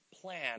plan